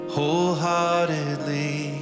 Wholeheartedly